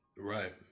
Right